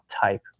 type